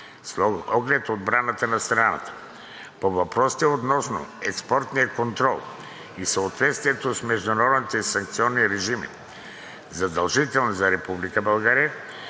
с оглед отбраната на страната. По въпросите относно експортния контрол и съответствието с международните санкционни режими, задължителни за